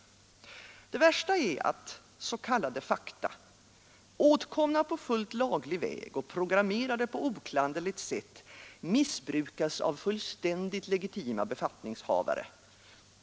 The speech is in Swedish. Nej, det värsta är att s.k. fakta, åtkomna på fullt laglig väg och programmerade på oklanderligt sätt, missbrukas av fullständigt legitima befattningshavare.